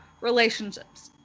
relationships